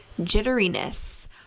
jitteriness